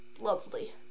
lovely